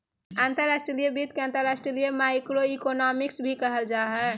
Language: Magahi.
अंतर्राष्ट्रीय वित्त के अंतर्राष्ट्रीय माइक्रोइकोनॉमिक्स भी कहल जा हय